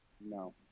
No